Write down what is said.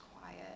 quiet